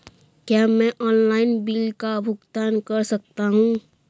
क्या मैं online bill का भुगतान कर सकता हूँ?